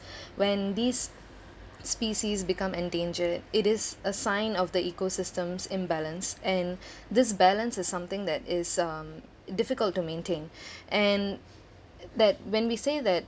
when these species become endangered it is a sign of the ecosystems imbalance and this balance is something that is um difficult to maintain and that when we say that